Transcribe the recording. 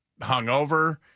hungover